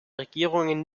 regierungen